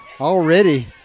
already